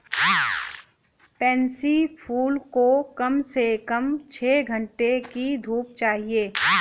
pansy फूल को कम से कम छह घण्टे की धूप चाहिए